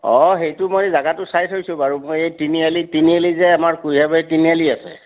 অঁ সেইটো মই জেগাটো চাই থৈছোঁ বাৰু মই এই তিনিআলি তিনিআলি যে আমাৰ কুঁহিয়াৰবাৰী তিনিআলি আছে